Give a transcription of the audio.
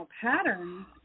patterns